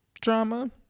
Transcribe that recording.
drama